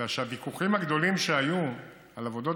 אלא שהוויכוחים הגדולים שהיו על עבודות